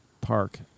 park